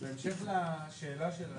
בהמשך לשאלה שלך,